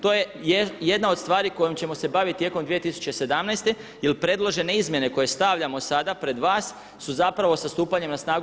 To je jedna od stvari kojom ćemo se baviti tijekom 2017. jer predložene izmjene koje stavljamo sada pred vas su zapravo sa stupanjem na snagu